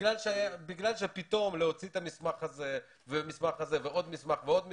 בגלל שפתאום להוציא את המסמך הזה ועוד מסמך ועוד מסמך,